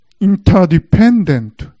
interdependent